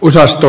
osasto